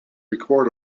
record